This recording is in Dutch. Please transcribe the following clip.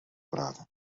praten